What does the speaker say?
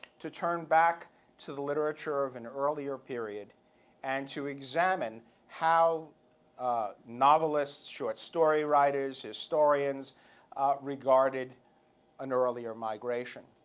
to turn back to the literature of an earlier period and to examine how novelists, short story writers, historians regarded an earlier migration.